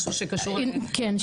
משהו שקשור ל --- כן.